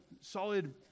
solid